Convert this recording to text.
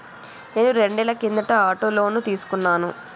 నేను రెండేళ్ల కిందట ఆటో లోను తీసుకున్నాను